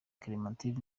clementine